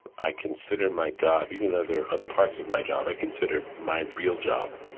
i consider my job even though there are other parts of my job, i consider my real job,